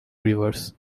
rivers